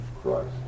Christ